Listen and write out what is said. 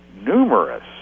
numerous